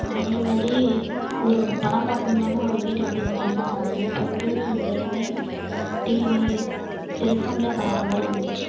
அதே மாதிரி ஒரு படம் பார்கணும்னாலும் ஒரு வீட்டுக்கு போய் உக்காந்துதான் பாக்கணும் இப்போ வந்து எல்லாமே டிவி செல்ஃபோன்லேயே பார்க்குற மாதிரி வந்துருச்சு